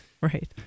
Right